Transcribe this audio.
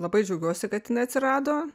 labai džiaugiuosi kad jinai neatsirado